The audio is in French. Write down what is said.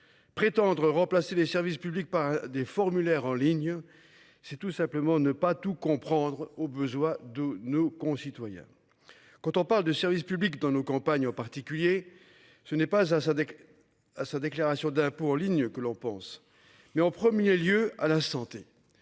Prétendre remplacer les services publics par des formulaires en ligne. C'est tout simplement ne pas tout comprendre aux besoins de nos concitoyens. Quand on parle de service public dans nos campagnes aux particuliers. Ce n'est pas à sa dès. À sa déclaration d'impôts en ligne que l'on pense mais en 1er lieu à la santé.